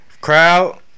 Crowd